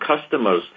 customers